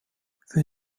für